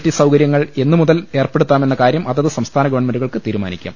T സൌകര്യങ്ങൾ എന്നു മുതൽ ഏർപ്പെടുത്താമെന്ന കാര്യം അതത് സംസ്ഥാന ഗവൺമെന്റുകൾക്ക് തീരുമാനിക്കാം